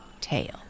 tail